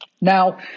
Now